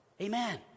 Amen